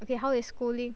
okay how is schooling